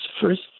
first